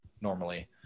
normally